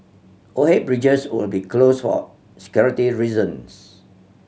overhead bridges will be closed for security reasons